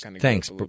Thanks